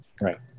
Right